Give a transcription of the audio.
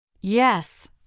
Yes